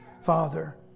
Father